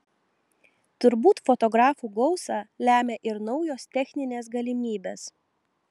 turbūt fotografų gausą lemia ir naujos techninės galimybės